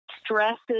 stresses